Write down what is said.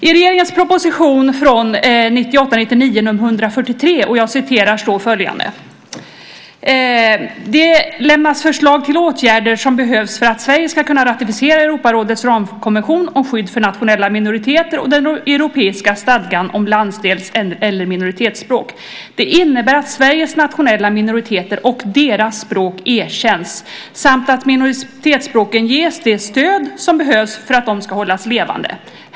I regeringens proposition från 1998/99 nr 143 står det: Det lämnas förslag till åtgärder som behövs för att Sverige ska kunna ratificera Europarådets ramkonvention om skydd för nationella minoriteter och den europeiska stadgan om landsdels eller minoritetsspråk. Det innebär att Sveriges nationella minoriteter och deras språk erkänns samt att minoritetsspråken ges det stöd som behövs för att de ska hållas levande.